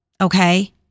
okay